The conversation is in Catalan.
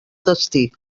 destí